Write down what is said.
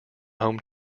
home